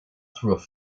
through